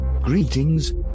Greetings